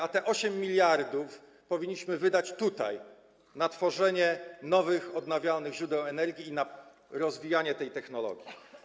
A te 8 mld powinniśmy wydać tutaj na tworzenie nowych, odnawialnych źródeł energii i na rozwijanie tych technologii.